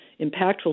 impactful